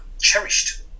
cherished